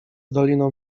doliną